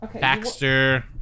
Baxter